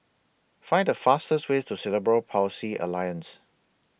Find The fastest Way to Cerebral Palsy Alliance